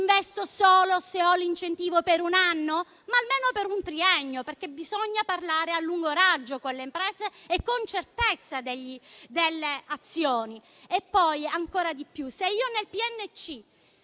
investe solo se ha l'incentivo per un anno? Occorre almeno per un triennio, perché bisogna parlare a lungo raggio con le imprese, dando certezza delle azioni.